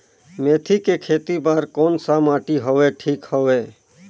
मेथी के खेती बार कोन सा माटी हवे ठीक हवे?